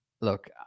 Look